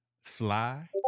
Sly